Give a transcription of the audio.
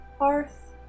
...Hearth